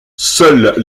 seuls